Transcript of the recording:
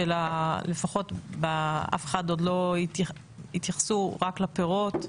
לפחות אף אחד עוד לא התייחסו רק לפירות,